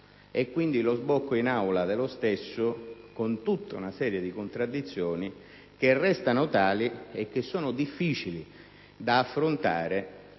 e quindi l'approdo in Aula dello stesso, con una serie di contraddizioni che restano tali e sono difficili da affrontare